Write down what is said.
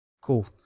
Cool